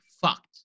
fucked